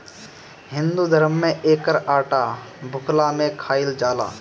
हिंदू धरम में एकर आटा भुखला में खाइल जाला